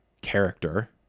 character